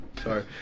Sorry